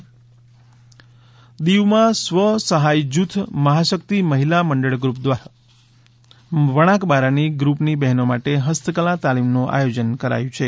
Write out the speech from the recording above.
દીવ હસ્તકલા તાલીમ દીવમાં સ્વ સહાય જૂથ મહાશક્તિ મહિલા મંડળ ગ્રુપ દ્વારા વણાકબારાની ગ્રુપની બહેનો માટે ફસ્તકલા તાલીમનું આયોજન કરાયું છે